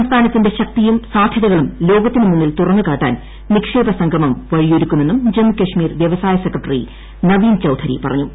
സംസ്ഥാർണത്തിന്റെ ശക്തിയും സാധൃതകളും ലോകത്തിന് മുന്നിൽ തുറന്നുകാട്ടാങ്ങ് നിക്ഷേപ സംഗമം വഴിയൊരുക്കുമെന്നും ജമ്മു കശ്മീർ വ്യവസായ സെക്രട്ടിട്ടി ്ന്വീൻ ചൌധരി പറഞ്ഞു